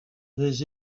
des